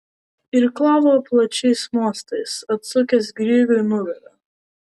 irklavo plačiais mostais atsukęs grygui nugarą